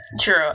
True